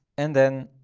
and then,